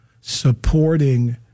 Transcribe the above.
supporting